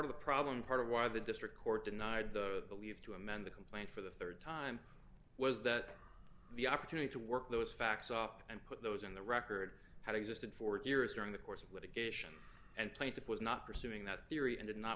of the problem part of why the district court denied the leave to amend the complaint for the rd time was that the opportunity to work those facts up and put those in the record had existed for two years during the course of litigation and plaintiff was not pursuing that theory and did not